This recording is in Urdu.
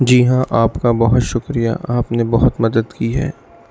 جی ہاں آپ کا بہت شکریہ آپ نے بہت مدد کی ہے